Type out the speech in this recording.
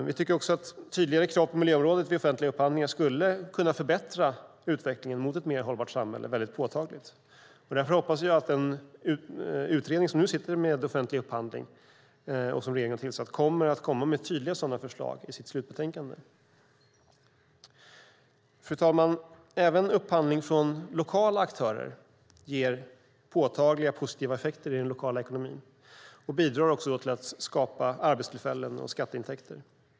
Vi tycker också att tydligare krav på miljöområdet vid offentliga upphandlingar skulle kunna förbättra utvecklingen mot ett mer hållbart samhälle väldigt påtagligt. Därför hoppas jag att den utredning som nu sitter med offentlig upphandling, som regeringen har tillsatt, kommer med tydliga sådana förslag i sitt slutbetänkande. Fru talman! Även upphandling från lokala aktörer ger påtagliga positiva effekter i den lokala ekonomin och bidrar till att skapa arbetstillfällen och skatteintäkter.